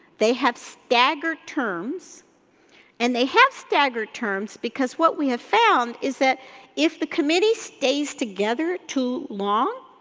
they have staggered terms and they have staggered terms because what we have found is that if the committee stays together too long,